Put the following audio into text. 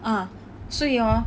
ah 所以 hor